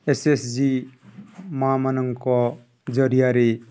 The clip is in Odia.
ଏସ ଏସ ଜି ମା'ମାନଙ୍କ ଜରିଆରି